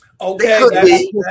Okay